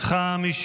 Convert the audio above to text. נגד.